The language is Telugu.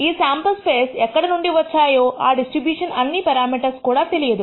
ఈ శాంపుల్స్ ఎక్కడనుండి వచ్చాయో ఆ డిస్ట్రిబ్యూషన్ అన్ని పెరామీటర్స్ కూడా తెలియదు